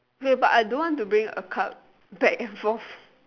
hey but I don't want to bring a cup back and forth